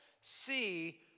see